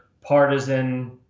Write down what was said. partisan